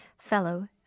fellow